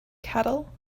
cattle